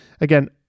Again